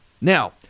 Now